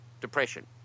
depression